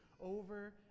over